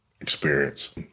experience